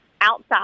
outside